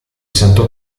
santo